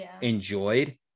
enjoyed